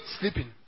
sleeping